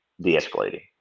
de-escalating